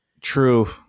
True